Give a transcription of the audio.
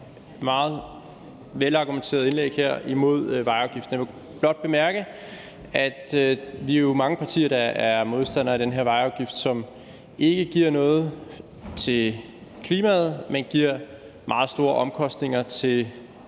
for et meget velargumenteret indlæg her imod vejafgifter. Jeg vil blot bemærke, at vi jo er mange partier, der er modstandere af den her vejafgift, som ikke giver noget til klimaet, men giver meget store omkostninger til